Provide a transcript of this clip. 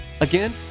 Again